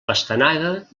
pastanaga